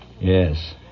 Yes